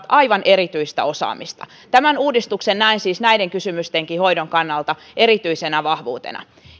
aivan erityistä osaamista tämän uudistuksen näen siis näidenkin kysymysten hoidon kannalta erityisenä vahvuutena